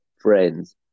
friends